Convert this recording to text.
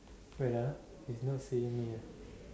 wait ah he is not seeing me ah